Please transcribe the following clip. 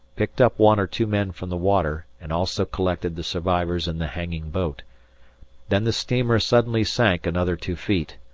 picked up one or two men from the water and also collected the survivors in the hanging boat then the steamer suddenly sank another two feet,